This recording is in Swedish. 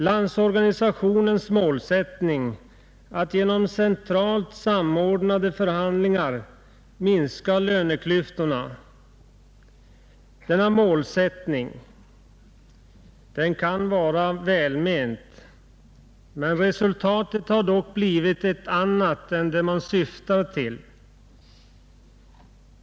LO:s målsättning att genom centralt samordnade förhandlingar minska löneklyftorna kan vara välment, men resultatet har blivit ett annat än det man syftade till.